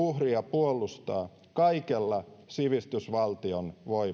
puolustaa kaikella sivistysvaltion voimalla